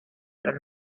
gran